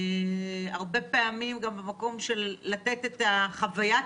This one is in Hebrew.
הרבה פעמים גם במקום של לתת את חוויית